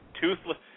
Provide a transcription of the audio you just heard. toothless